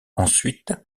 ensuite